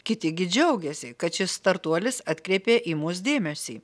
kiti gi džiaugiasi kad šis startuolis atkreipė į mus dėmesį